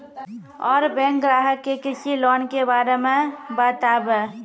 और बैंक ग्राहक के कृषि लोन के बारे मे बातेबे?